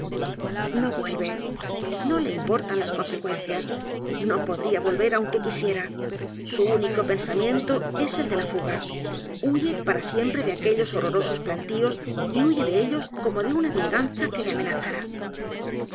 no vuelve no le importan las consecuencias no podría volver aunque quisiera su único pensamiento es el de la fuga huye para siempre de aquellos horrorosos plantíos y huye de ellos como de una venganza que le amenazara